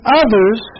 others